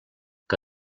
que